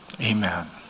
Amen